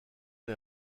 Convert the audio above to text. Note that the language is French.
les